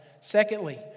Secondly